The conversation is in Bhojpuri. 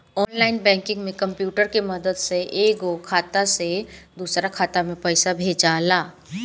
ऑनलाइन बैंकिंग में कंप्यूटर के मदद से एगो खाता से दोसरा खाता में पइसा भेजाला